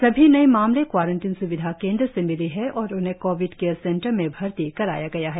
सभी नए मामले क्वारंटिन स्विधा केंद्र से मिली है और उन्हें कोविड केयर सेंटर में भर्ती कराया गया है